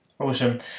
Awesome